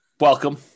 welcome